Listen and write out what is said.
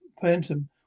phantom